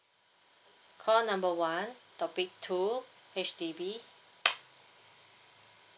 call number one topic two H_D_B